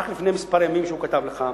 רק לפני כמה ימים הוא כתב לך,